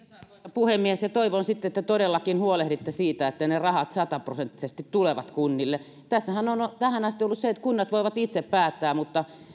puhemies toivon sitten että todellakin huolehditte siitä että ne rahat sataprosenttisesti tulevat kunnille tässähän on on tähän asti ollut niin että kunnat voivat itse päättää mutta